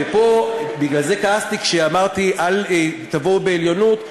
ופה בגלל זה כעסתי כשאמרתי: אל תבואו בעליונות,